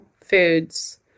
foods